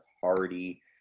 Hardy